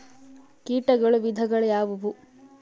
ಕೇಟಗಳ ವಿಧಗಳು ಯಾವುವು?